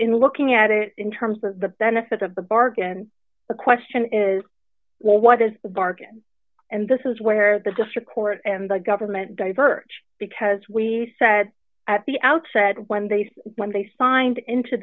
in looking at it in terms of the benefit of the bargain the question is well what is the bargain and this is where the district court and the government diverged because we said at the outset when they said when they signed into